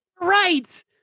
Right